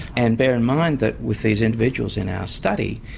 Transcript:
and bear in mind that with these individuals in our study,